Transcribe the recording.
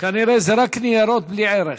כנראה זה רק ניירות, בלי ערך.